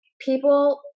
people